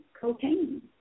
cocaine